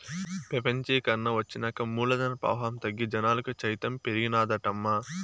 పెపంచీకరన ఒచ్చినాక మూలధన ప్రవాహం తగ్గి జనాలకు చైతన్యం పెరిగినాదటమ్మా